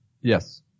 Yes